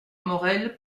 morel